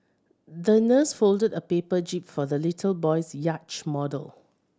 the nurse folded a paper jib for the little boy's yacht model